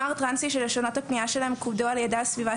נערים טרנסים שלשונות הפנייה שלהם כובדו על ידי הסביבה